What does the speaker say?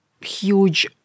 huge